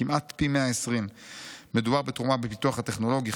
כמעט פי 120. מדובר בתרומה בפיתוח הטכנולוגי,